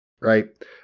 Right